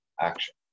action